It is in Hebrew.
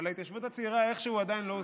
אבל ההתיישבות הצעירה איכשהו עדיין לא הוסדרה.